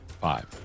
Five